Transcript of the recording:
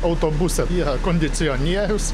autobuse yra kondicionierius